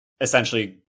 essentially